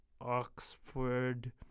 Oxford